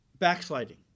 Backsliding